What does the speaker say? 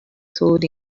told